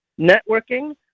networking